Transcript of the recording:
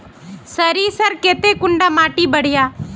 सरीसर केते कुंडा माटी बढ़िया?